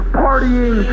partying